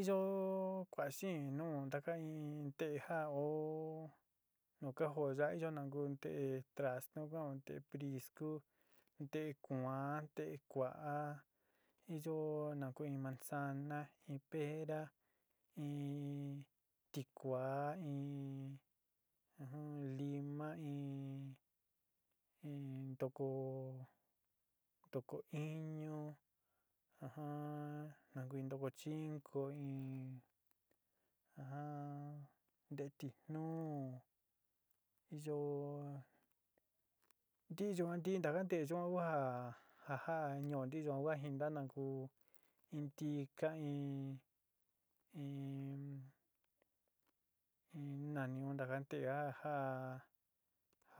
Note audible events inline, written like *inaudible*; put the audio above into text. Iyó kuá xeen nu taka in nté ja ó nu ka jó ya iyo nu ku nté tráznu, nté priscú, nté kuán, nte kua'a iyo nu kui manzaná, in pera, in tikuá in *hesitation* in lima in in ntokó ntokó íñu, *hesitation* in ntokó chinko in *hesitation* nteé tijnú, yoó ntií yuan ntí ntaka nte yuan ku ja ja ja nio ntíí yuan ku a jinta na kúu in ntika in in nani un taka nteé ja ja